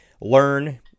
Learn